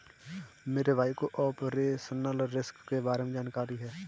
मेरे भाई को ऑपरेशनल रिस्क के बारे में सारी जानकारी है